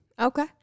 Okay